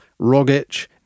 Rogic